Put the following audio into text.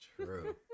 true